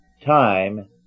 Time